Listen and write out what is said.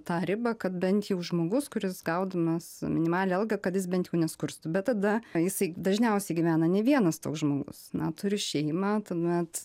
tą ribą kad bent jau žmogus kuris gaudamas minimalią algą kad jis bent jau neskurstų bet tada jisai dažniausiai gyvena ne vienas toks žmogus na turi šeimą tuomet